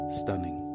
stunning